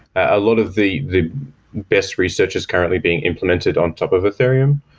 a lot of the the best research is currently being implemented on top of ethereum,